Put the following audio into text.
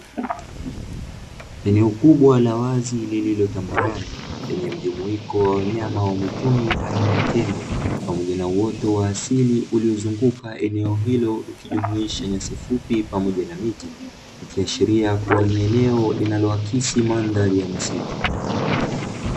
Eneo kubwa la wazi lililo tambarare lenye mjumuiko wa wanyama wa mwitu aina ya tembo pamoja na uoto wa asili uliozunguka eneo hilo ukijumuisha nyasi fupi pamoja na miti, ikiashiria kuwa ni eneo linalo akisi mandhari ya misitu.